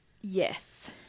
Yes